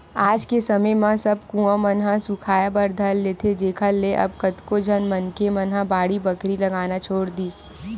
आज के समे म सब कुँआ मन ह सुखाय बर धर लेथे जेखर ले अब कतको झन मनखे मन ह बाड़ी बखरी लगाना छोड़ दिस